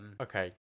Okay